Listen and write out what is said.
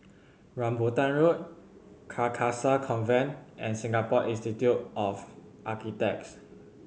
Rambutan Road Carcasa Convent and Singapore Institute of Architects